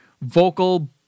vocal